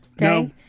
No